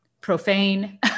profane